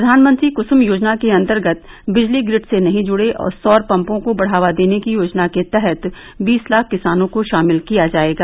प्रधानमंत्री कुसुम योजना के अंतर्गत बिजली ग्रिड से नहीं जुड़े सौर पम्पों को बढ़ावा देने की योजना के तहत बीस लाख किसानों को शामिल किया जाएगा